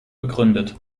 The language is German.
begründet